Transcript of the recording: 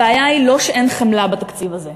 הבעיה היא לא שאין חמלה בתקציב הזה,